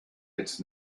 its